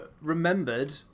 remembered